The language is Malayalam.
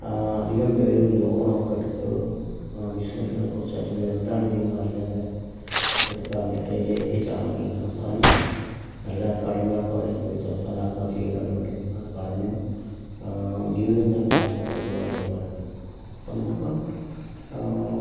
അധികം പേരും ലോൺ ഒക്കെ എടുത്ത് ബിസിനസിനെ കുറിച്ച് എന്താണ് ചെയ്യുന്നത് എന്ന് അറിയാതെ എടുത്ത് ആ മേഖലയിലേക്ക് ചാടി അവസാനം നല്ല കടങ്ങളൊക്കെ വരുത്തി വച്ച് അവസാനം ആത്മഹത്യ ചെയ്യുന്നവരുണ്ട് അത് കളഞ്ഞ് ജീവിതം തന്നെ തകർന്നു പോയ ഒരുപാട് ഒരുപാട് പേരുണ്ട് അപ്പോൾ നമുക്ക്